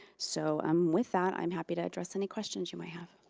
so, um with that, i'm happy to address any questions you might have.